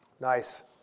Nice